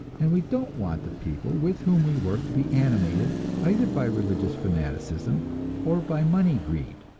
and we don't want the people with whom we work to be animated either by religious fanaticism or by money greed.